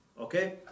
okay